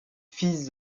fils